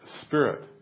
spirit